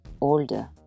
older